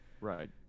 Right